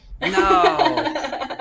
No